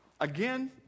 again